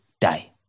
die